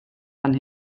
fan